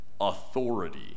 authority